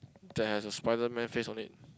that has a Spiderman face on it